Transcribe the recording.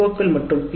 ஓக்கள் மற்றும் பி